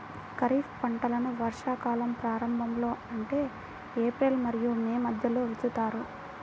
ఖరీఫ్ పంటలను వర్షాకాలం ప్రారంభంలో అంటే ఏప్రిల్ మరియు మే మధ్యలో విత్తుతారు